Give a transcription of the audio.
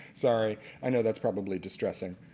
sorry i know that's probably distressing.